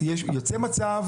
נוצר